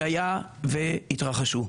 שיהיה ויתרחשו.